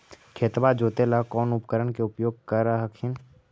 खेतबा जोते ला कौन उपकरण के उपयोग कर हखिन?